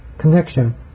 connection